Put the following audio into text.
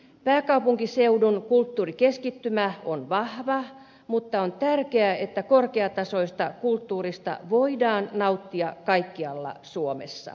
pääkaupunkiseudun kulttuurikeskittymä on vahva mutta on tärkeää että korkeatasoisesta kulttuurista voidaan nauttia kaikkialla suomessa